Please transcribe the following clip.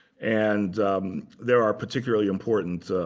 and there are particularly important